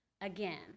again